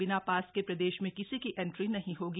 बिना ास के प्रदेश में किसी की एंट्री नहीं होगी